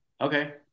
okay